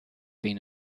been